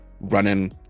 running